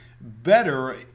better